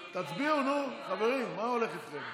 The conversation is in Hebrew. נתקבל.